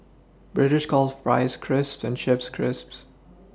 British calls Fries Chips and Chips Crisps